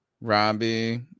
Robbie